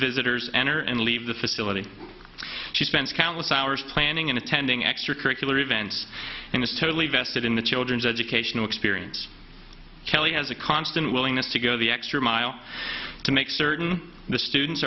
visitors enter and leave the facility she spends countless hours planning and attending extracurricular events and is totally vested in the children's educational experience kelly has a constant willingness to go the extra mile to make certain the students